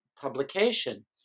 publication